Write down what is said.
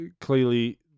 clearly